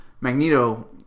Magneto